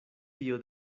tio